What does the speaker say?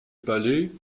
palais